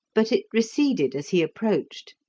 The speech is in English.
but it receded as he approached.